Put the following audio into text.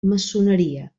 maçoneria